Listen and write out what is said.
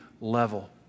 level